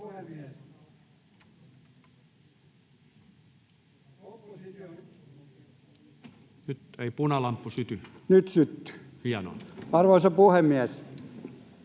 Arvoisa puhemies!